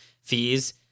fees